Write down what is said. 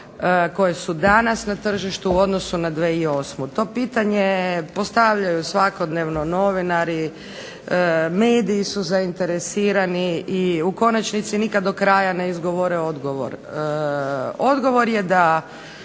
koje su danas na tržištu u odnosu na 2008. To pitanje postavljaju svakodnevno novinari, mediji su zainteresirani i u konačnici nikad do kraja ne izgovore odgovor. Odgovor je da